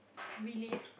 relief